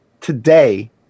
today